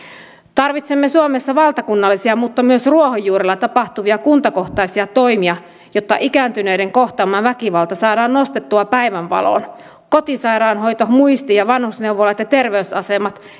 tarvitsemme suomessa valtakunnallisia mutta myös ruohonjuuritasolla tapahtuvia kuntakohtaisia toimia jotta ikääntyneiden kohtaama väkivalta saadaan nostettua päivänvaloon kotisairaanhoidolla muisti ja vanhusneuvoloilla ja terveysasemilla